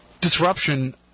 disruption